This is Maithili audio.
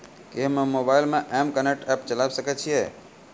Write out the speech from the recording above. कि हम्मे मोबाइल मे एम कनेक्ट एप्प चलाबय सकै छियै?